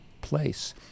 place